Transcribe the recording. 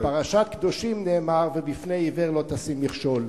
בפרשת קדושים נאמר: בפני עיוור לא תשים מכשול.